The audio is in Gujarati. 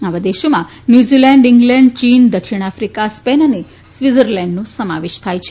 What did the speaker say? આવા દેશોમાં ન્યુઝીલેન્ડ ઇગ્લેન્ડ ચીન દક્ષિણ આફ્રિકા સ્પેન અને સ્વીઝર્લેન્ડનો સમાવેશ થાય છે